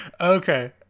Okay